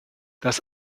das